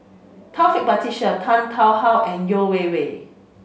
Taufik Batisah Tan Tarn How and Yeo Wei Wei